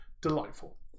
delightful